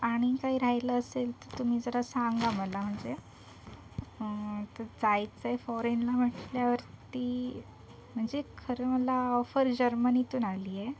आणि काही राहिलं असेल तर तुम्ही जरा सांगा मला म्हणजे आता जायचं आहे फॉरेनला म्हटल्यावरती म्हणजे खरं मला ऑफर जर्मनीतून आली आहे